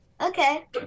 Okay